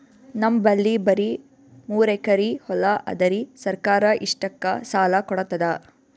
ನಮ್ ಬಲ್ಲಿ ಬರಿ ಮೂರೆಕರಿ ಹೊಲಾ ಅದರಿ, ಸರ್ಕಾರ ಇಷ್ಟಕ್ಕ ಸಾಲಾ ಕೊಡತದಾ?